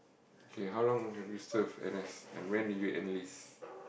okay have long have you serve N_S and when do you analyse